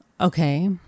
okay